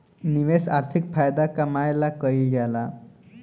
निवेश आर्थिक फायदा कमाए ला कइल जाला